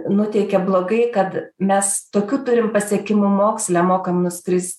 nuteikia blogai kad mes tokių turim pasiekimų moksle mokam nuskrist